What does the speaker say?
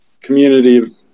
community